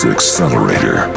Accelerator